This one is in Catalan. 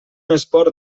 esport